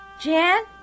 jan